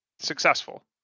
successful